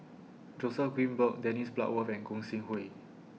Joseph Grimberg Dennis Bloodworth and Gog Sing Hooi